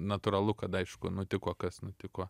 natūralu kad aišku nutiko kas nutiko